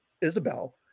Isabel